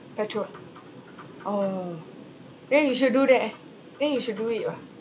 petrol orh then you should do that eh then you should it [what]